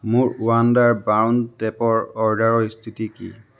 মোৰ wonder brown টেপৰ অৰ্ডাৰৰ স্থিতি কি